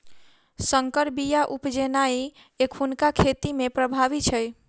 सँकर बीया उपजेनाइ एखुनका खेती मे प्रभावी छै